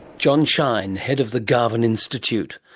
john shine, head of the garvan institute.